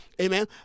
amen